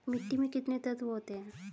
मिट्टी में कितने तत्व होते हैं?